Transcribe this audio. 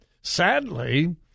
Sadly